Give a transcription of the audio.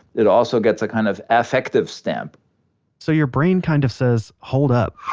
it also gets a kind of affective stamp so your brain kind of says, hold up,